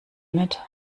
mit